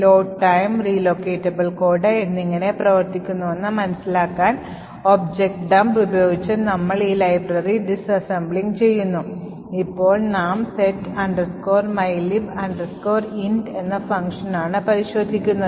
load time relocatable code എങ്ങനെ പ്രവർത്തിക്കുന്നുവെന്ന് മനസിലാക്കാൻ objdump ഉപയോഗിച്ച് നമ്മൾ ഈ ലൈബ്രറി ഡിസ്അസംബ്ലിംഗ് ചെയ്യുന്നു ഇപ്പോൾ നാം set mylib int എന്ന ഫംഗ്ഷൻ ആണ് പരിശോധിക്കുന്നത്